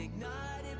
nine